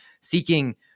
seeking